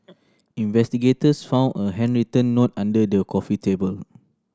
investigators found a handwritten note under the coffee table